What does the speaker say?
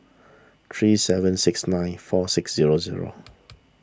three seven six nine four six zero zero